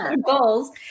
goals